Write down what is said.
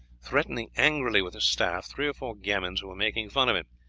threatening angrily with a staff three or four gamins who were making fun of him.